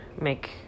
make